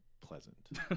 pleasant